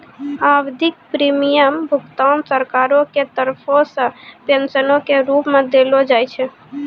आवधिक प्रीमियम भुगतान सरकारो के तरफो से पेंशनो के रुप मे देलो जाय छै